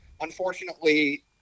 unfortunately